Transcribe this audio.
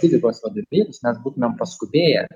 fizikos vadovėlius mes būtumėm paskubėję